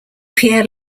pierre